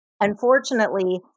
unfortunately